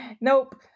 nope